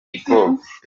igikombe